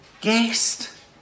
guest